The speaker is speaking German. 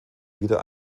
wieder